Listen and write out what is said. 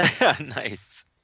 Nice